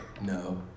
No